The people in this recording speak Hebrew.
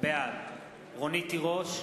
בעד רונית תירוש,